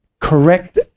correct